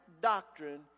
doctrine